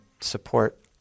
support